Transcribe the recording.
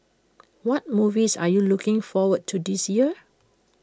what movies are you looking forward to this year